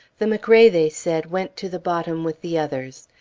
the mcrae, they said, went to the bottom with the others.